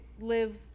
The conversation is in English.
live